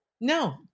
No